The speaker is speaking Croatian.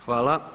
Hvala.